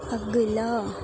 اَگلا